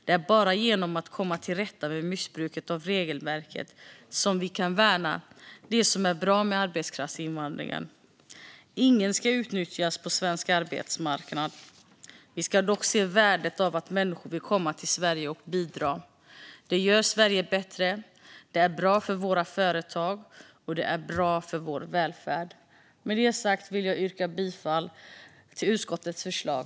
Det är bara genom att komma till rätta med missbruket av regelverket som vi kan värna det som är bra med arbetskraftsinvandringen. Ingen ska utnyttjas på svensk arbetsmarknad. Vi ska dock se värdet av att människor vill komma till Sverige och bidra. Det gör Sverige bättre, det är bra för våra företag och det är bra för vår välfärd. Med det sagt vill jag yrka bifall till utskottets förslag.